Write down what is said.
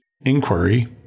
inquiry